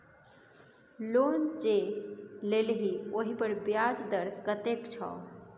loan जे लेलही ओहिपर ब्याज दर कतेक छौ